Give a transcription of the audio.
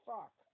Fuck